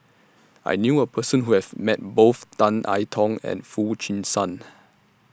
I knew A Person Who has Met Both Tan I Tong and Foo Chee San